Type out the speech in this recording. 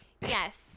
Yes